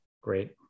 Great